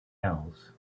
else